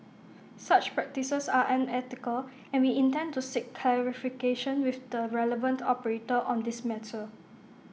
such practices are unethical and we intend to seek clarification with the relevant operator on this matter